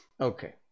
Okay